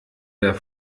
der